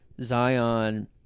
Zion